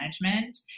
management